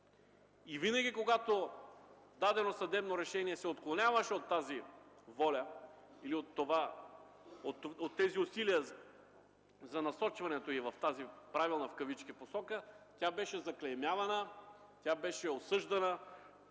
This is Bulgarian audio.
Винаги, когато дадено съдебно решение се отклоняваше от тази воля или от тези усилия за насочването им в тази „правилна” посока, беше заклеймявана, осъждана,